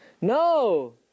No